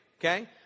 okay